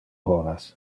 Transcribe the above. horas